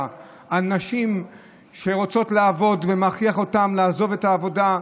על נשים שרוצות לעבוד ומכריח אותן לעזוב את העבודה,